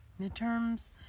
Midterms